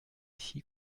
ici